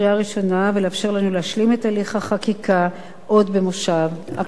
להשלים את הליך החקיקה עוד במושב הקיץ הקרוב.